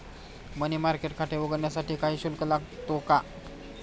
मनी market खाते उघडण्यासाठी काही शुल्क लागतो का?